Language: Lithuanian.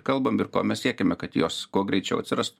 kalbam ir ko mes siekiame kad jos kuo greičiau atsirastų